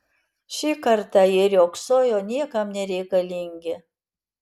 šį kartą jie riogsojo niekam nereikalingi